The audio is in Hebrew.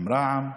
עם רע"מ,